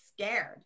scared